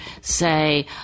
say